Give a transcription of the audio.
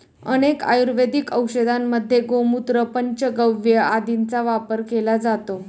अनेक आयुर्वेदिक औषधांमध्ये गोमूत्र, पंचगव्य आदींचा वापर केला जातो